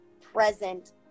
present